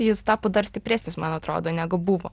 jis tapo dar stipresnis man atrodo negu buvo